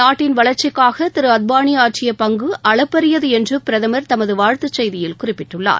நாட்டின் வளர்ச்சிக்காக திரு அத்வானி ஆற்றிய பங்கு அளப்பரியது என்று பிரதம் தமது வாழ்த்துச் செய்தியில் குறிப்பிட்டுள்ளார்